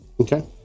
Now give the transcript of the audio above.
Okay